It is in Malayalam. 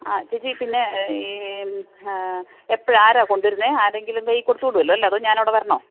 ആ ചേച്ചി പിന്നെ എപ്പോഴാ ആരാ കൊണ്ടുവരുന്നത് ആരെയെങ്കിലും കയ്യിൽ കൊടുത്തു വിടുമല്ലോ അല്ലേ അതോ ഞാനവിടെ വരണോ